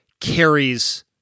carries